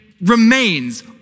remains